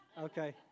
Okay